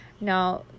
now